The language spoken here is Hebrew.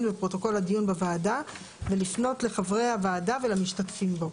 בפרוטוקול הדיון בוועדה ולפנות לחברי הוועדה ולמשתתפים בו.